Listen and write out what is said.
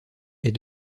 est